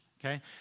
okay